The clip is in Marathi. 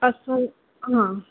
असं हां